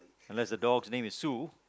unless the dog name is Sue